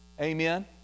Amen